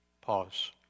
Pause